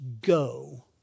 go